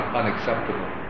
unacceptable